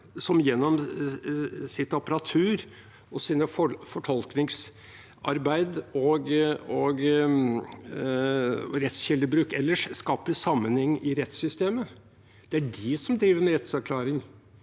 som gjennom sitt apparatur, sitt fortolkningsarbeid og sin rettskildebruk ellers skaper sammenheng i rettssystemet. Det er de som driver med rettsavklaring.